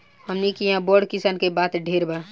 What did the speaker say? हमनी किहा बड़ किसान के बात ढेर बा